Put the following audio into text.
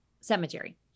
cemetery